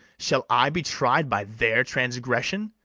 shall i be tried by their transgression?